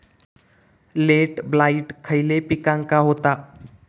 Late blight खयले पिकांका होता?